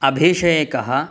अभिषेकः